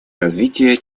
развития